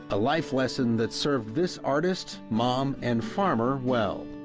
a life lesson that's served this artist, mom and farmer well